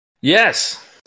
Yes